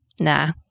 Nah